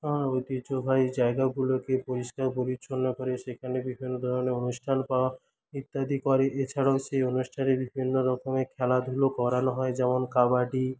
ঐতিহ্যবাহী জায়গাগুলোকে পরিষ্কার পরিছন্ন করে সেখানে বিভিন্ন ধরণের অনুষ্ঠান করা ইত্যাদি করে এছাড়াও সেই অনুষ্ঠানে বিভিন্ন রকমের খেলাধুলো করানো হয় যেমন কাবাডি